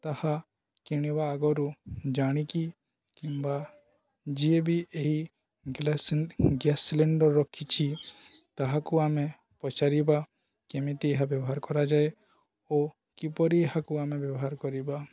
ତାହା କିଣିବା ଆଗରୁ ଜାଣିକି କିମ୍ବା ଯିଏ ବି ଏହି ଗ୍ୟାସ୍ ଗ୍ୟାସ୍ ସିଲିଣ୍ଡର ରଖିଛି ତାହାକୁ ଆମେ ପଚାରିବା କେମିତି ଏହା ବ୍ୟବହାର କରାଯାଏ ଓ କିପରି ଏହାକୁ ଆମେ ବ୍ୟବହାର କରିବା